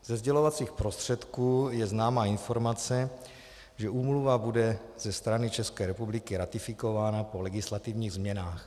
Ze sdělovacích prostředků je známa informace, že úmluva bude ze strany České republiky ratifikována po legislativních změnách.